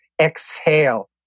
exhale